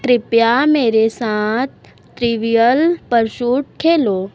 कृपया मेरे साथ त्रिविअल परसूट खेलो